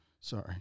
Sorry